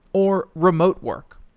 or remote work.